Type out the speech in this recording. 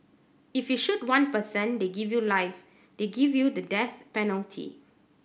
if you shoot one person they give you life they give you the death penalty